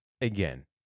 again